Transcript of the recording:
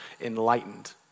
enlightened